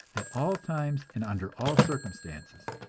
at all times and under all circumstances.